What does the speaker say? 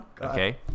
Okay